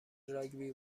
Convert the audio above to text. راگبی